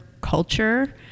culture